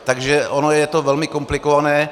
Takže ono je to velmi komplikované.